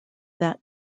that